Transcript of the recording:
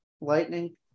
Lightning